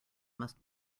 must